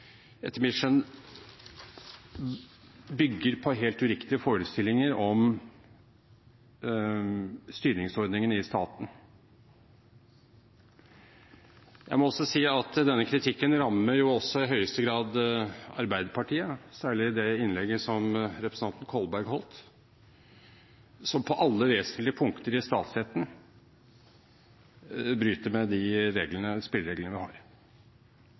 etter mitt skjønn bygger på helt uriktige forestillinger om styringsordningen i staten. Jeg må også si at denne kritikken i høyeste grad også rammer Arbeiderpartiet, særlig ved det innlegget som representanten Kolberg holdt, som på alle vesentlige punkter i statsretten bryter med de spillereglene vi har.